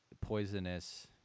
poisonous